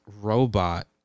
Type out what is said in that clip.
robot